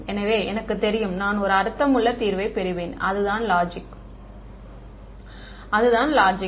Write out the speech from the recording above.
எனவே எனக்குத் தெரியும் நான் ஒரு அர்த்தமுள்ள தீர்வைப் பெறுவேன் அதுதான் லாஜிக்